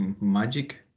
magic